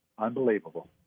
unbelievable